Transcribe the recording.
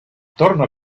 torno